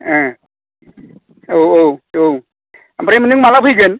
ओं औ औ ओमफ्राय नों माब्ला फैगोन